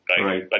right